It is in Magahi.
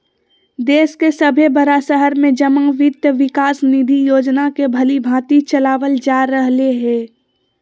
देश के सभे बड़ा शहर में जमा वित्त विकास निधि योजना के भलीभांति चलाबल जा रहले हें